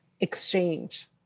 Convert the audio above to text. exchange